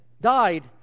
died